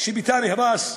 שביתה נהרס,